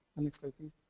next slide please.